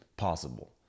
possible